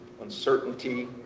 uncertainty